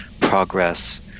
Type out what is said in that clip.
progress